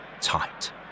tight